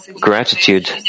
gratitude